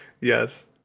Yes